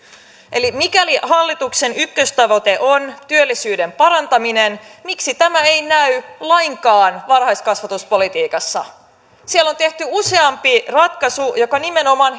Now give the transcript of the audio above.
mikäli hallituksen ykköstavoite on työllisyyden parantaminen miksi tämä ei näy lainkaan varhaiskasvatuspolitiikassa siellä on tehty useampi ratkaisu jotka nimenomaan